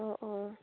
অঁ অঁ